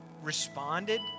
responded